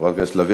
חברת הכנסת לביא,